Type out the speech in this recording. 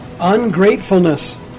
Ungratefulness